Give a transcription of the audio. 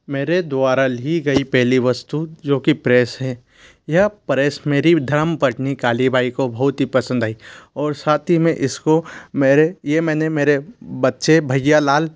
मेरे द्वारा ली गई पहली वस्तु जो कि प्रेस है यह परेस मेरी धर्मपत्नी काली बाई को बहुत ही पसंद आई और साथ ही मैं इसको मेरे ये मैंने मेरे बच्चे भय्या लाल